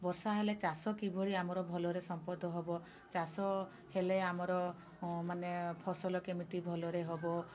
ବର୍ଷା ହେଲେ ଚାଷ କିଭଳି ଆମର ଭଲରେ ସମ୍ପଦ ହେବ ଚାଷ ହେଲେ ଆମର ମାନେ ଫସଲ କେମିତି ଭଲରେ ହେବ